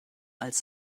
als